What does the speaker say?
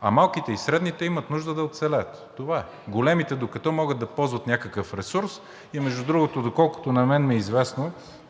а малките и средните имат нужда да оцелеят. Това е. Големите, докато могат да ползват някакъв ресурс, и между другото, доколкото на мен ми е известно,